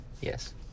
yes